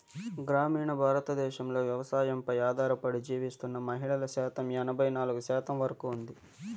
గ్రామీణ భారతదేశంలో వ్యవసాయంపై ఆధారపడి జీవిస్తున్న మహిళల శాతం ఎనబై నాలుగు శాతం వరకు ఉంది